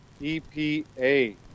EPA